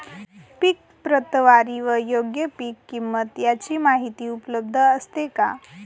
पीक प्रतवारी व योग्य पीक किंमत यांची माहिती उपलब्ध असते का?